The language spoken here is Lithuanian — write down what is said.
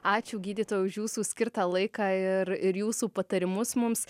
ačiū gydytoja už jūsų skirtą laiką ir ir jūsų patarimus mums